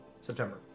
September